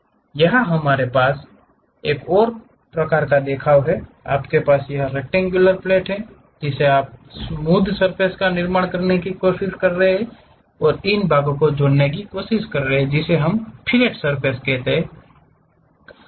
यहां हमारे पास एक और प्रकार का देखाव है आपके पास यह रेक्टङ्ग्युलर प्लेट है जिसे आप इस स्मूध सर्फ़ेस का निर्माण करने की कोशिश करते हैं और इन भागों को जोड़ने की कोशिश करते हैं जिसे हम फिलेट सर्फ़ेस कहते हैं